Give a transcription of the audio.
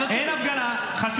תגיד להם שאין הפגנה בחוץ,